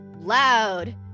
loud